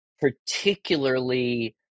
particularly